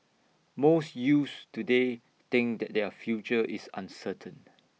most youths today think that their future is uncertain